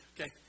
Okay